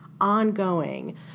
ongoing